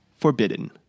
Forbidden